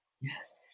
Yes